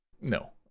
no